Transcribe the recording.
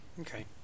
Okay